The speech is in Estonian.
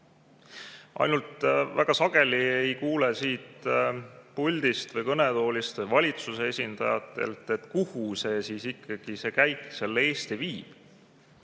Ainult et väga sageli ei kuule siit puldist või kõnetoolist valitsuse esindajatelt, kuhu siis ikkagi see käik Eesti viib.